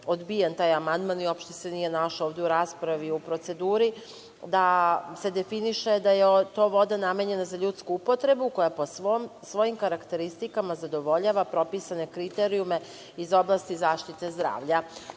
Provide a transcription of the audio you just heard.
odbijen taj amandman i uopšte se nije našao ovde u raspravi u proceduri, da se definiše da je to voda namenjena za ljudsku upotrebu, koja po svojim karakteristikama zadovoljava propisane kriterijume iz oblasti zaštite zdravlja. To